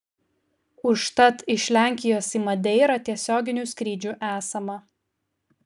užtat iš lenkijos į madeirą tiesioginių skrydžių esama